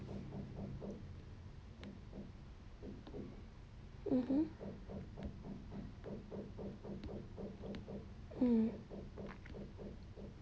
mmhmm hmm